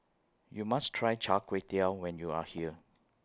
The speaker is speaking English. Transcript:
YOU must Try Char Kway Teow when YOU Are here